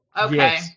Okay